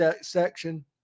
section